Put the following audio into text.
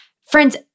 Friends